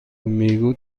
میگو